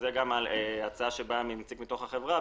שזו הצעה שבאה מנציג מתוך החברה.